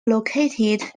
located